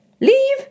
Leave